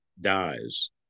dies